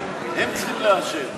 הם צריכים לאשר.